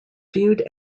viewed